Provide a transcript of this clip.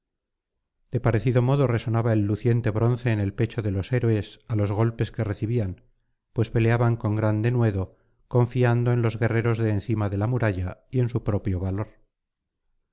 de parecido modo resonaba el luciente bronce en el pecho de los héroes á los golpes que recibían pues peleaban con gran denuedo confiando en los guerreros de encima de la muralla y en su propio valor